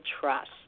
trust